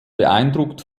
beeindruckt